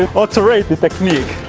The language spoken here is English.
ah but rate the technique